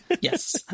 yes